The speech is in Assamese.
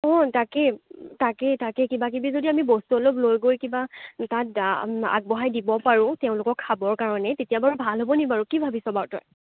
অ' তাকেই তাকেই তাকেই কিবা কিবি যদি আমি বস্তু অলপ লৈ গৈ কিবা তাত আগবঢ়াই দিব পাৰোঁ তেওঁলোকক খাবৰ কাৰণে তেতিয়া বাৰু ভাল হ'বনি বাৰু কি ভাবিছ বাৰু তই